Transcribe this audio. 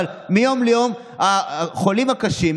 אבל מיום ליום החולים קשה,